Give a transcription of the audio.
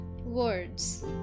Words